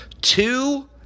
two